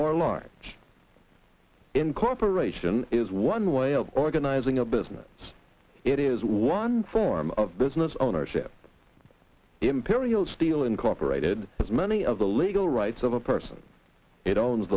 or large incorporation is one way of organizing a business it is one form of business ownership imperial steel incorporated as many of the legal rights of a person it owns